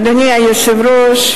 אדוני היושב-ראש,